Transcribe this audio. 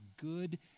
good